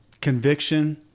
conviction